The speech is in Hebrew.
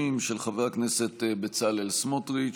50, של חבר הכנסת בצלאל סמוטריץ',